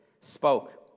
spoke